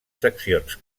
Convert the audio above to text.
seccions